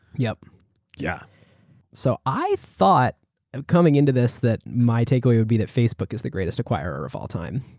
yeah yeah so i thought coming into this, that my takeaway would be that facebook is the greatest acquirer of all time.